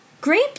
Grape